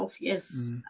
yes